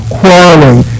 quarreling